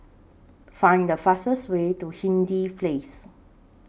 Find The fastest Way to Hindhede Place